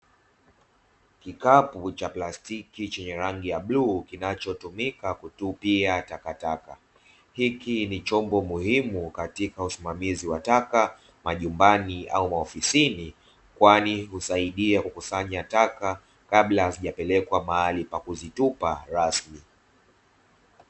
Kikapu cha plastiki chenye rangi ya bluu kinachotumika kutupia takataka, hili ni chombo maalumu katika usimamizi wa taka majumba na maofisini, kwani husaidia kukusanyia taka kabla ya kupeleka sehemu za kuzitupa rasmi.